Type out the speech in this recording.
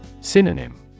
Synonym